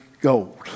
gold